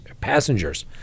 passengers